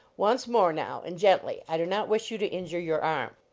once more, now, and gently i do not wish you to injure your arm.